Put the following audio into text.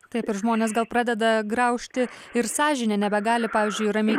taip ir žmonės gal pradeda graužti ir sąžinė nebegali pavyzdžiui ramiai